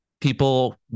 People